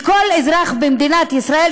לכל אזרח במדינה ישראל,